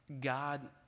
God